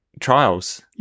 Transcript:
trials